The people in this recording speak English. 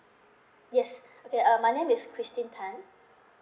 yes that uh my name is christine tan